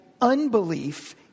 unbelief